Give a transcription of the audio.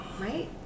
right